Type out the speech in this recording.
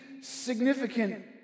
significant